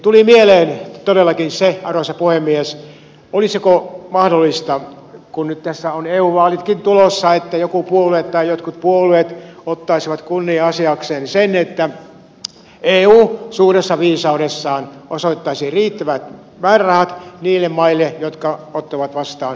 tuli mieleen todellakin se arvoisa puhemies olisiko mahdollista kun nyt tässä ovat eu vaalitkin tulossa että joku puolue tai jotkut puolueet ottaisivat kunnia asiakseen sen että eu suuressa viisaudessaan osoittaisi riittävät määrärahat niille maille jotka ottavat vastaan turvapaikanhakijoita